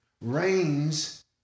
Rains